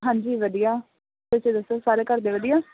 ਹਾਂਜੀ ਵਧੀਆ ਤੁਸੀਂ ਦੱਸੋ ਸਾਰੇ ਘਰਦੇ ਵਧੀਆ